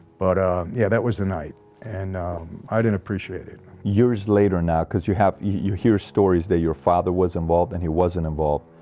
but ah yeah, that was the night and i didn't appreciate it years later now because you have you hear stories that your father was involved, and he wasn't involved